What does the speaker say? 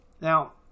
Now